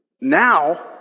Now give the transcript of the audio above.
now